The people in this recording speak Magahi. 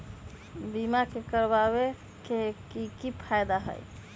बीमा करबाबे के कि कि फायदा हई?